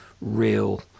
real